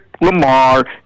Lamar